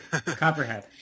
Copperhead